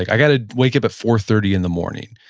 i gotta wake up at four thirty in the morning.